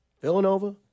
Villanova